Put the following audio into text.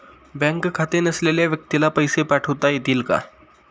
Bank खाते नसलेल्या व्यक्तीला पैसे पाठवता येतील का?